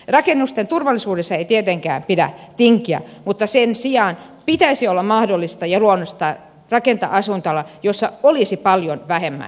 rakennusten turvallisuudesta ei tietenkään pidä tinkiä mutta sen sijaan pitäisi olla mahdollista ja luonnollista rakentaa asuintaloja joissa olisi paljon vähemmän autopaikkoja